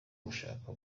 gushaka